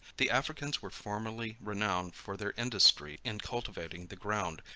the africans were formerly renowned for their industry in cultivating the ground,